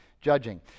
judging